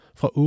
fra